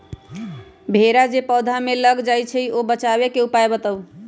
भेरा जे पौधा में लग जाइछई ओ से बचाबे के उपाय बताऊँ?